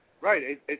Right